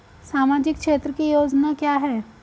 सामाजिक क्षेत्र की योजना क्या है?